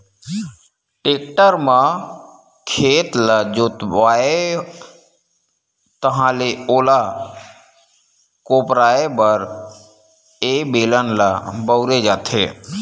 tractor म खेत ल जोतवाबे ताहाँले ओला कोपराये बर ए बेलन ल बउरे जाथे